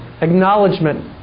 acknowledgement